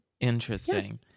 interesting